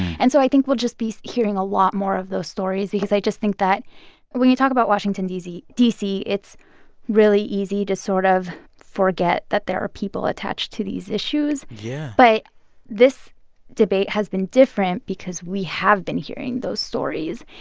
and so i think we'll just be hearing a lot more of those stories because i just think that when you talk about washington, d c, it's really easy to sort of forget that there are people attached to these issues yeah but this debate has been different because we have been hearing those stories.